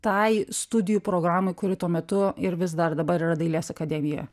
tai studijų programai kuri tuo metu ir vis dar dabar yra dailės akademijoje